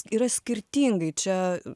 yra skirtingai čia